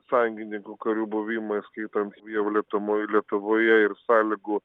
sąjungininkų karių buvimą įskaitant jav lietumoj lietuvoje ir sąlygų